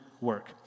work